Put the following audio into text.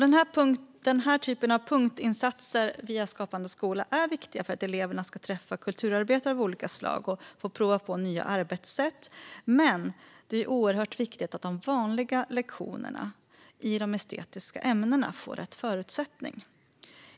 Punktinsatser som dessa via Skapande skola är viktiga för att eleverna ska träffa kulturarbetare av olika slag och få prova nya arbetssätt. Men det är oerhört viktigt att de vanliga lektionerna i de estetiska ämnena får rätt förutsättning.